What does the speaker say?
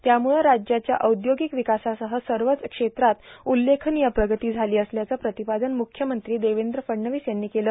त्यामुळं राज्याच्या औद्योोगक दिवकासासह सवच क्षेत्रात उल्लेखनीय प्रगती झालां असल्याचं प्रांतपादन म्रख्यमंत्री देवद्र फडणवीस यांनी केलं